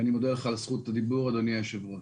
אני מודה לך על זכות הדיבור אדוני היושב ראש.